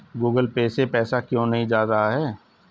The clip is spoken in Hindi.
गूगल पे से पैसा क्यों नहीं जा रहा है?